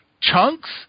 chunks